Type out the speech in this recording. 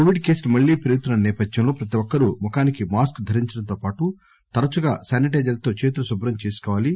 Covid కేసులు మర్లీ పెరుగుతున్న సేపథ్యంలో ప్రతి ఒక్కరూ ముఖానికి మాస్క్ ధరించడంతో పాటు తరచుగా శానిటైజర్ తో చేతులు శుభ్రం చేసుకోవాలి